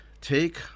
take